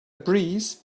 breeze